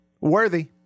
Worthy